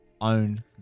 own